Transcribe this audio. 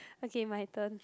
okay my turn